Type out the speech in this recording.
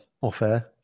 off-air